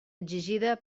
exigida